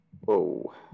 Whoa